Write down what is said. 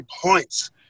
points